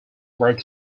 were